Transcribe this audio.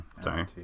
Sorry